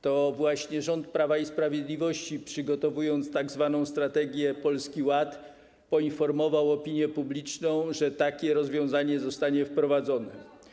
To właśnie rząd Prawa i Sprawiedliwości, przygotowując tzw. strategię Polski Ład, poinformował opinię publiczną, że takie rozwiązanie zostanie wprowadzone.